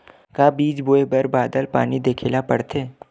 का बीज बोय बर पानी बादल देखेला पड़थे?